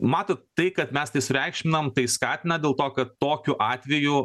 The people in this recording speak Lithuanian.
matot tai kad mes tai sureikšminam tai skatina dėl to kad tokiu atveju